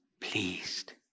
pleased